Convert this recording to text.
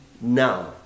now